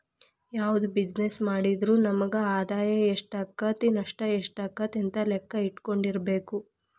ಯಾವ್ದ ಬಿಜಿನೆಸ್ಸ್ ಮಾಡಿದ್ರು ನಮಗ ಆದಾಯಾ ಎಷ್ಟಾಕ್ಕತಿ ನಷ್ಟ ಯೆಷ್ಟಾಕ್ಕತಿ ಅಂತ್ ಲೆಕ್ಕಾ ಇಟ್ಕೊಂಡಿರ್ಬೆಕು